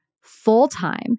full-time